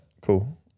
Cool